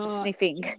sniffing